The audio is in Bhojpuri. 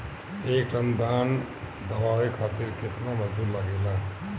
एक टन धान दवावे खातीर केतना मजदुर लागेला?